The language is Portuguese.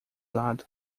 lado